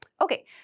Okay